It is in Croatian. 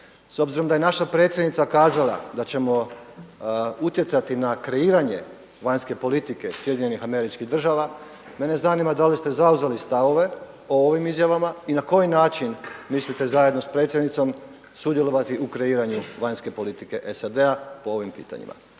S obzirom da je naša predsjednica kazala da ćemo utjecati na kreiranje vanjske politike SAD-a mene zanima da li ste zauzeli stavove o ovim izjavama i na koji način mislite zajedno sa predsjednicom sudjelovati u kreiranju vanjske politike SAD-a po ovim pitanjima?